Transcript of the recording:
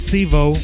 Sivo